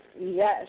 Yes